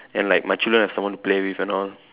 and like my children have someone to play with and all